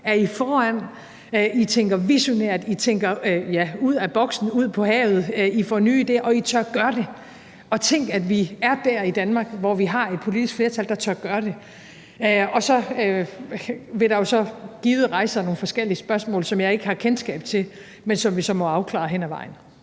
er I foran, I tænker visionært, I tænker, ja, ud af boksen, ud på havet, I får nye idéer, og I tør gøre det. Tænk, at vi er der i Danmark, hvor vi har et politisk flertal, der tør gøre det. Så vil der jo givet rejse sig nogle forskellige spørgsmål, som jeg ikke har kendskab til, men som vi så må afklare hen ad vejen.